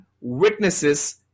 witnesses